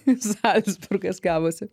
zalcburgas gavosi